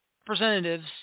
representatives